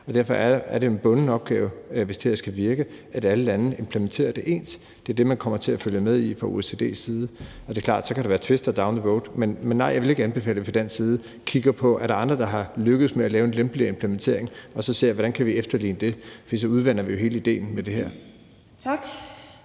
på. Derfor er det jo en bunden opgave, hvis det her skal virke, at alle lande implementerer det ens, og det er det, man kommer til at følge med i fra OECD's side. Det er klart, at der så kan være tvister på vejen, men nej, jeg vil ikke anbefale, at vi fra dansk side kigger på, om der er andre, der er lykkedes med at lave en lempeligere implementering, og at vi så ser på, hvordan vi kan efterligne det. For så udvander vi jo hele idéen med det her. Kl.